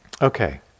Okay